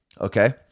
Okay